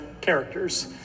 characters